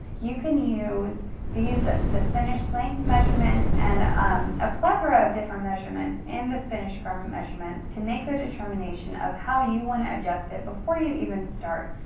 you can use the finished length measurements and a plethora of different measurements in the finished garment measurements to make the determination of how you wanna adjust it before you even start.